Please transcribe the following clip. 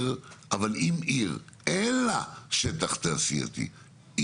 אבל אם לעיר אין שטח תעשייתי,